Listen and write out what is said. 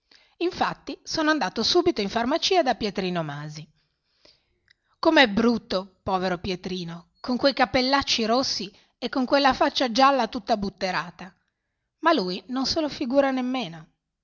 infatti sono andato subito in farmacia da pietrino masi come è brutto povero pietrino con quei capellacci rossi e con quella faccia gialla tutta butterata ma lui non se lo figura nemmeno